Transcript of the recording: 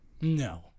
No